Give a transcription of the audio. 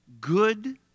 good